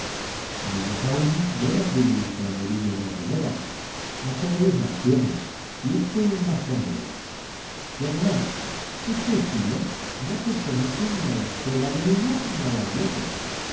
menos aún debe atribuirse a murillo ni a ribera aquél es más tierno y éste es más sombrío y además ese estilo no pertenece ni a la escuela del uno ni a la del otro